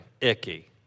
Icky